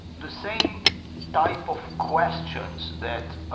the same type of questions that